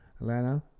Atlanta